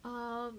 um